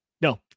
No